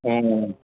ம் ம்